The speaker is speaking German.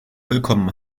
willkommen